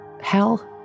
hell